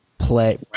play